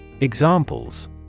Examples